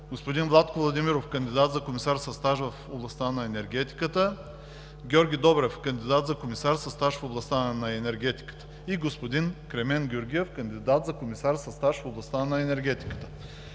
господин Владко Владимиров – кандидат за комисар със стаж в областта на енергетиката, господин Георги Добрев – кандидат за комисар със стаж в областта на енергетиката, и господин Кремен Георгиев – кандидат за комисар със стаж в областта на енергетиката.